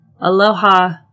Aloha